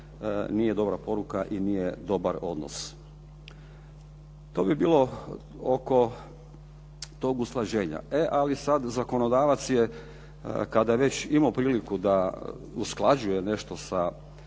nije dobra poruka i nije dobar odnos. To bi bilo oko toga usklađenja. E ali sada zakonodavac je kada je već imao priliku da usklađuje nešto sa